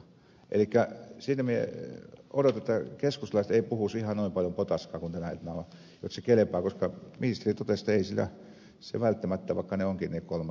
elikkä siinä minä odotan että keskustalaiset eivät puhuisi ihan noin paljon potaskaa kuin tänä iltana jotta se kelpaa koska ministeri totesi että ei se välttämättä riitä vaikka onkin ne kolme kaivoa